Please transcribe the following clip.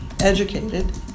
educated